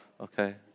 okay